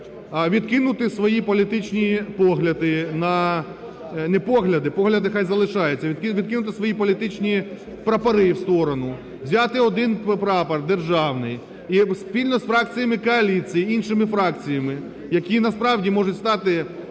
відкинути свої політичні прапори в сторону, взяти один прапор державний і спільно з фракціями коаліції і іншими фракціями, які, насправді, можуть стати